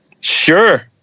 sure